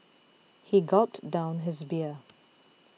he gulped down his beer